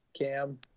Cam